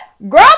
girl